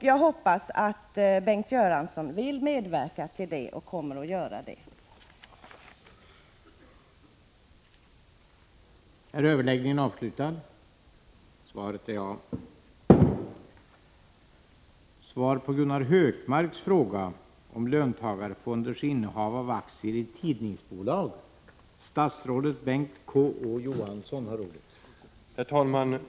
Jag hoppas att Bengt Göransson inte bara är beredd att medverka utan också kommer att medverka till att den här verksamheten får fortsätta.